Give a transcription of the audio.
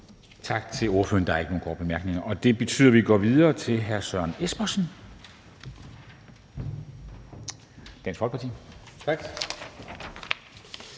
Tak til ordføreren. Der er ikke nogen korte bemærkninger. Og det betyder, at vi går videre til hr. Søren Espersen, Dansk Folkeparti. Kl.